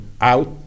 out